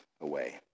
away